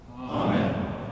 Amen